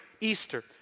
Easter